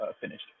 finished